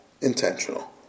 Intentional